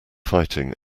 fighting